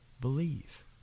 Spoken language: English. believe